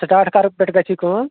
سِٹاٹ کَر پٮ۪ٹھٕ گژھِ یہِ کٲم